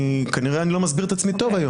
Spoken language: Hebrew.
כנראה אני לא מסביר את עצמי טוב,